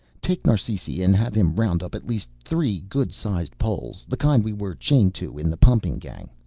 take narsisi and have him round up at least three good-sized poles, the kind we were chained to in the pumping gang.